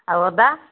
ଆଉ ଅଦା